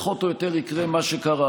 פחות או יותר יקרה מה שקרה.